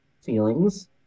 Feelings